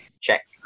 check